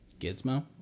Gizmo